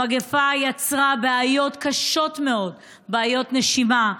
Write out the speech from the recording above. המגפה יצרה בעיות קשות מאוד: בעיות נשימה,